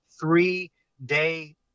three-day